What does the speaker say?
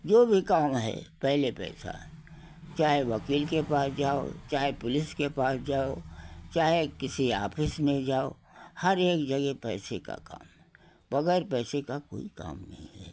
जो भी काम है पहले पैसा चाहे वकील के पास जाओ चाहे पुलिस के पास जाओ चाहे किसी आफिस में जाओ हर एक जगह पैसे का काम वगैर पैसे का कोई काम नहीं है